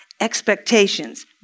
expectations